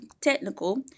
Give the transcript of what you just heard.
technical